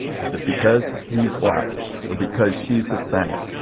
is it because he's black or because she's hispanic?